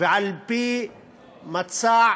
ועל-פי מצע